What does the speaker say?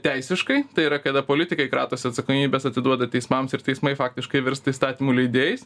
teisiškai tai yra kada politikai kratosi atsakomybės atiduoda teismams ir teismai faktiškai virsta įstatymų leidėjais